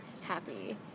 happy